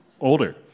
Older